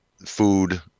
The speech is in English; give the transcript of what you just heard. food